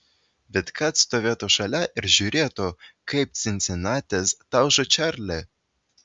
bet kad stovėtų šalia ir žiūrėtų kaip cincinatis talžo čarlį